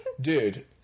dude